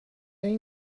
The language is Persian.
این